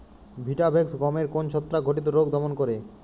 Vitavax গমের কোন ছত্রাক ঘটিত রোগ দমন করে?